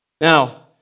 Now